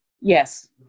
Yes